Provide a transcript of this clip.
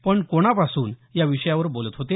पण कोणापासून या विषयावर बोलत होते